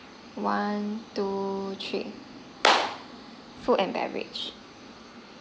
one two three food and beverage